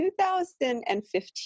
2015